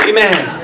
Amen